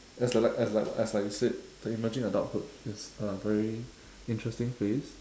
as like as like as like you said the emerging adulthood is a very interesting phase